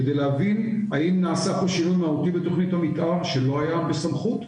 כדי להבין האם נעשה פה שינוי מהותי בתכנית המתאר שלא היה בסמכות,